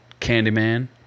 Candyman